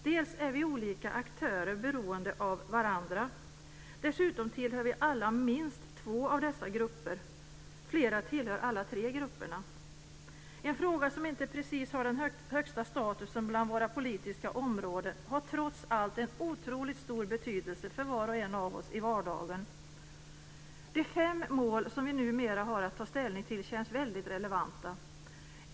Dels är de olika aktörerna beroende av varandra, dels tillhör vi alla minst två av dessa grupper. Flera tillhör alla tre grupperna. En fråga som inte precis har den högsta statusen bland våra politiska områden har trots allt en otroligt stor betydelse för var och en av oss i vardagen. De fem mål som vi numera har att ta ställning till känns väldigt relevanta.